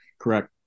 Correct